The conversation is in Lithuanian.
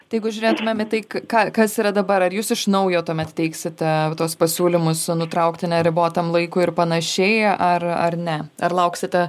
tai jeigu žiūrėtumėm į tai ką kas yra dabar ar jūs iš naujo tuomet teiksite tuos pasiūlymus nutraukti neribotam laikui ir panašiai ar ar ne ar lauksite